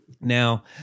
now